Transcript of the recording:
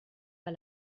pas